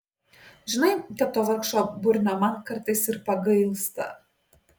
žinai kad to vargšo burnio man kartais ir pagailsta